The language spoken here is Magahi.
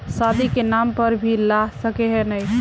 शादी के नाम पर भी ला सके है नय?